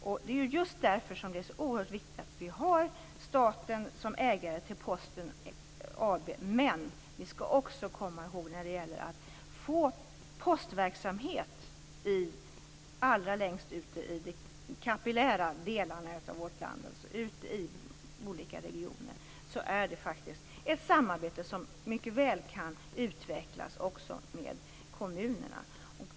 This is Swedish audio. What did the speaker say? Det är just därför som det är så oerhört viktigt att vi har staten som ägare till Posten AB. Men vi skall också komma ihåg att när det gäller att få postverksamhet allra längst ute i de kapillära delarna av vårt land, ut i de olika regionerna, är det faktiskt ett samarbete som mycket väl kan utvecklas också med kommunerna.